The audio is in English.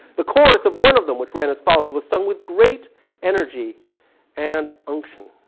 the chorus of one of them, which ran as follows was sung with great energy and function.